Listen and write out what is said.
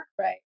Right